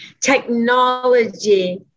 technology